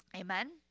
Amen